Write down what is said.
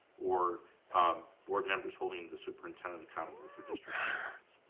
or um board members holding the superintendent accountable for district performance.